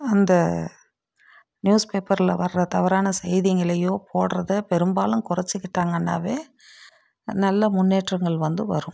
அந்த நியூஸ் பேப்பரில் வர்ற தவறான செய்திங்களேயோ போடுறத பெரும்பாலும் குறச்சிக்கிட்டாங்கன்னாவே நல்ல முன்னேற்றங்கள் வந்து வரும்